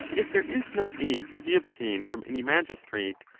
if there is no aid to be obtained from any magistrate,